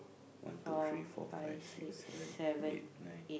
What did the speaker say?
one two three four five six seven eight nine